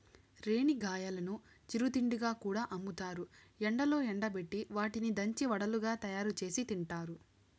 రేణిగాయాలను చిరు తిండిగా కూడా అమ్ముతారు, ఎండలో ఎండబెట్టి వాటిని దంచి వడలుగా తయారుచేసి తింటారు